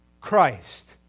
Christ